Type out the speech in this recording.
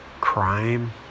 Crime